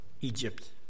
Egypt